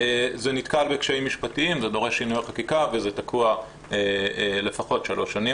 זה נתקל בקשיים משפטיים ודורש שינויי חקיקה וזה תקוע לפחות שלוש שנים,